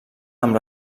amb